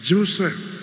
Joseph